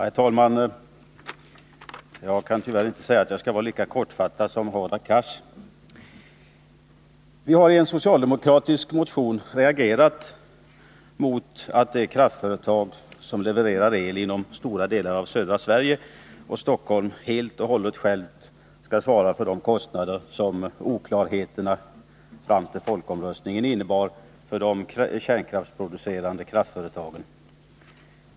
Herr talman! Jag kan tyvärr inte säga att jag skall fatta mig lika kort som Hadar Cars. Vi har i en socialdemokratisk motion reagerat mot att det kraftföretag som levererar el inom stora delar av södra Sverige och Stockholm helt och hållet självt skall svara för de kostnader som oklarheterna fram till folkomröstningen innebar för de kärnkraftsproducerande kraftföretagen.